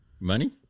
Money